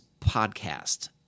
podcast